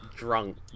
Drunk